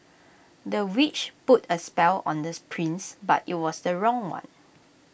the witch put A spell on the prince but IT was the wrong one